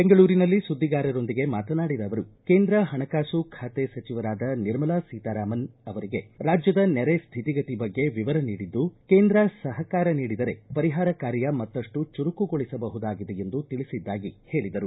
ಬೆಂಗಳೂರಿನಲ್ಲಿ ಸುದ್ದಿಗಾರರೊಂದಿಗೆ ಮಾತನಾಡಿದ ಅವರು ಕೇಂದ್ರ ಹಣಕಾಸು ಖಾತೆ ಸಚಿವರಾದ ನಿರ್ಮಲಾ ಸೀತಾರಾಮನ್ ಅವರಿಗೆ ರಾಜ್ಯದ ನೆರೆ ಶ್ಯಿತಿಗತಿ ಬಗ್ಗೆ ವಿವರ ನೀಡಿದ್ದು ಕೇಂದ್ರ ಸಹಕಾರ ನೀಡಿದರೆ ಪರಿಹಾರ ಕಾರ್ಯ ಮತ್ತಪ್ಟು ಚುರುಕುಗೊಳಸಬಹುದಾಗಿದೆ ಎಂದು ತಿಳಿಸಿದ್ದಾಗಿ ಹೇಳಿದರು